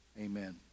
Amen